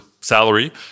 salary